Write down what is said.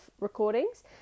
recordings